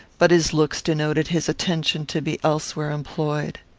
but his looks denoted his attention to be elsewhere employed.